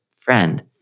friend